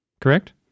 Correct